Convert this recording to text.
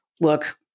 look